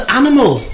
animal